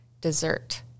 dessert